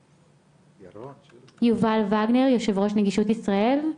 יובל וגנר, יושב ראש נגישות ישראל.